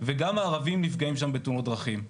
וגם הערבים נפגעים שם בתאונת דרכים.